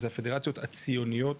זה הפדרציות הציוניות,